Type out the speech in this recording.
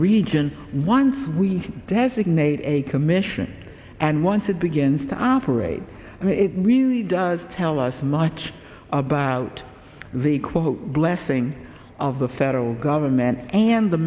region once we designate a commission and once it begins to operate it really does tell us much about the quote blessing of the federal government and the